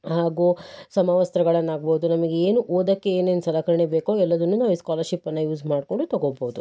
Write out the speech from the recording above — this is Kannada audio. ಹಾಗೂ ಸಮವಸ್ತ್ರಗಳನ್ನಾಗ್ಬೋದು ನಮಿಗೆ ಏನು ಓದಕ್ಕೆ ಏನೇನು ಸಲಕರಣೆ ಬೇಕೋ ಎಲ್ಲದನ್ನು ನಾವು ಈ ಸ್ಕಾಲರ್ಶಿಪ್ಪನ್ನು ಯೂಸ್ ಮಾಡಿಕೊಂಡು ತಗೊಬೋದು